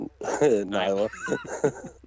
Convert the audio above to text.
Nyla